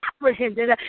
apprehended